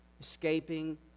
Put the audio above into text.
escaping